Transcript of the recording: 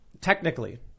Technically